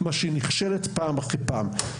דבר שהיא נכשלת בו פעם אחר פעם.